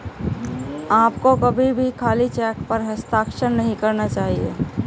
आपको कभी भी खाली चेक पर हस्ताक्षर नहीं करना चाहिए